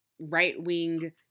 right-wing